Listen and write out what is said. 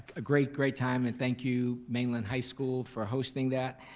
a great, great time and thank you mainland high school for hosting that.